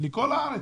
אלא לכל הארץ.